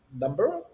number